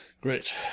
Great